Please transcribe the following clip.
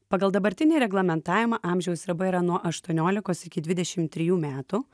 pagal dabartinį reglamentavimą amžiaus riba yra nuo aštuoniolikos iki dvidešimt trijų metų